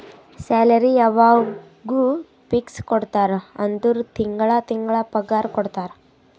salary ಯವಾಗ್ನೂ fix ಕೊಡ್ತಾರ ಅಂದುರ್ ತಿಂಗಳಾ ತಿಂಗಳಾ ಪಗಾರ ಕೊಡ್ತಾರ